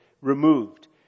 removed